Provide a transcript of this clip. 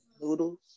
Noodles